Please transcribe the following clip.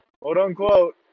quote-unquote